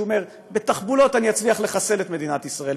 שהוא אומר: בתחבולות אצליח לחסל את מדינת ישראל.